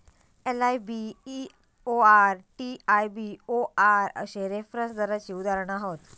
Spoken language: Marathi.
एल.आय.बी.ई.ओ.आर, टी.आय.बी.ओ.आर अश्ये रेफरन्स दराची उदाहरणा हत